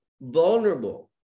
vulnerable